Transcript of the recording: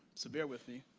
so, bear with me.